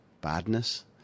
badness